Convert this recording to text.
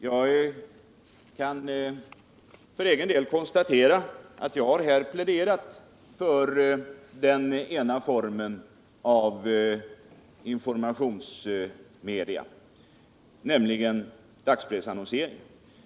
Jag kan för egen del konstatera att jag här har pläderat för den ena formen av informationsmedia, nämligen dagspressannonsering.